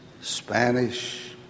Spanish